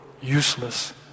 useless